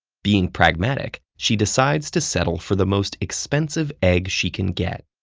being pragmatic, she decides to settle for the most expensive egg she can get.